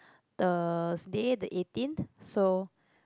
the day the eighteenth so